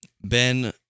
Ben